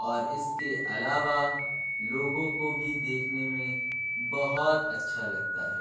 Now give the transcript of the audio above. اور اِس کے علاوہ لوگوں کو بھی دیکھنے میں بہت اچھا لگتا ہے